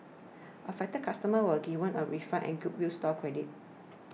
affected customers were given a refund and goodwill store credit